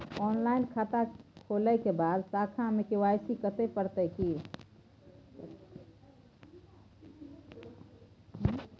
Online खाता खोलै के बाद शाखा में के.वाई.सी करे परतै की?